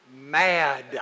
mad